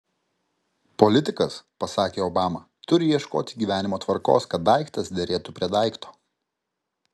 politikas pasakė obama turi ieškoti gyvenimo tvarkos kad daiktas derėtų prie daikto